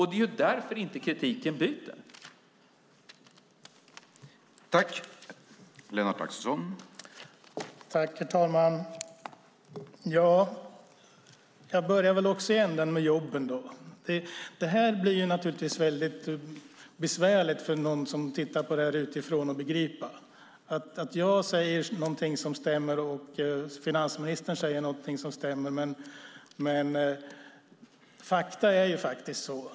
Det är därför kritiken inte biter.